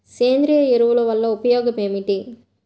సేంద్రీయ ఎరువుల వల్ల ఉపయోగమేమిటీ?